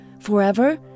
forever